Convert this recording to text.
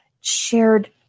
shared